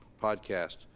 podcast